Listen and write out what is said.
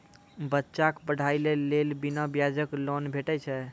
बच्चाक पढ़ाईक लेल बिना ब्याजक लोन भेटै छै?